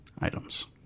items